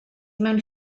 mewn